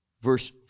Verse